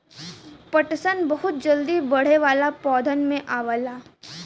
पटसन बहुत जल्दी बढ़े वाला पौधन में आवला